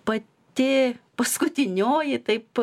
pati paskutinioji taip